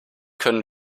können